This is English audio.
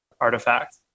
artifact